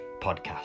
Podcast